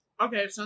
okay